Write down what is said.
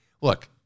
look